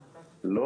ריקי,